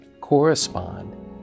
correspond